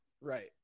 Right